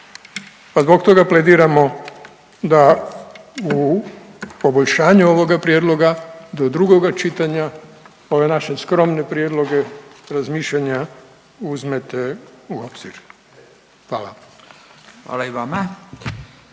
pa zbog toga plediramo da u poboljšanju ovoga prijedloga do drugoga čitanja ove naše skromne prijedloge razmišljanja uzmete u obzir. Hvala. **Radin,